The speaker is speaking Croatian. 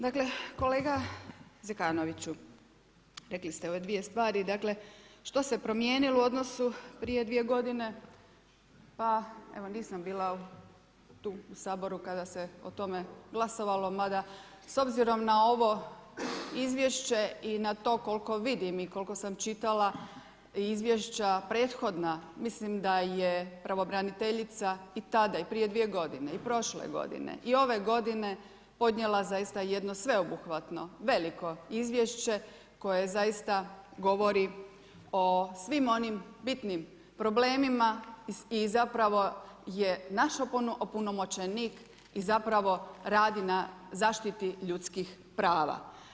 Dakle kolega Zekanoviću, rekli ste ove dvije stvari, dakle što se promijenilo u odnosu prije 2 godine, pa evo nisam bila tu u Saboru kada se o tome glasovalo mada s obzirom na ovo izvješće i na to koliko vidim i koliko sam čitala izvješća prethodna mislim da je pravobraniteljica i tada i prije 2 godine i prošle godine i ove godine podnijela zaista jedno sveobuhvatno, veliko izvješće koje zaista govori o svim onim bitnim problemima i zapravo je naš opunomoćenik i zapravo radi na zaštiti ljudskih prava.